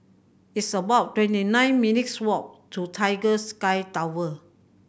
it's about twenty nine minutes' walk to Tiger Sky Tower